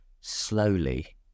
slowly